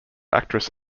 actress